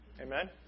Amen